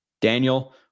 daniel